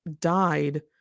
died